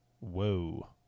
Whoa